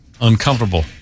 Uncomfortable